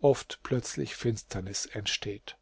oft plötzlich finsternis entsteht